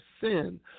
sin